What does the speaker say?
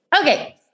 Okay